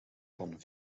van